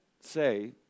say